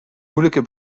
moeilijke